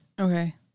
Okay